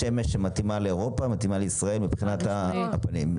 השמש באירופה היא לא כמו השמש בישראל מבחינת הגנה על הפנים.